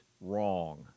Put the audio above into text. wrong